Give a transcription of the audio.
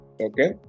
Okay